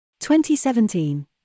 2017